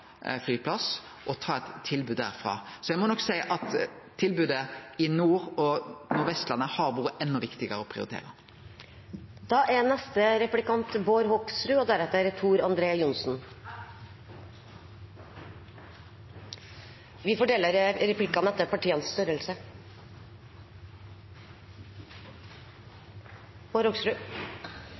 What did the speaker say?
flyplass og nytte eit tilbod derifrå. Så eg må nok seie at tilbodet i nord og på Vestlandet har vore enda viktigare å prioritere. Jeg er veldig enig med statsråden i at det er